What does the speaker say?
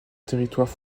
territoire